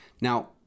Now